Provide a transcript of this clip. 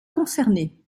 concernés